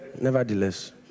Nevertheless